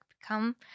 become